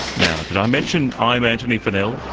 now, did i mention i'm antony funnell?